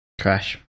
Crash